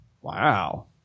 Wow